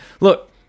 look